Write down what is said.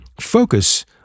focus